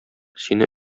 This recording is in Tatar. сине